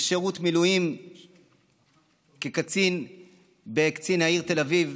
לשירות מילואים כקצין בקצין העיר תל אביב.